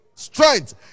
Strength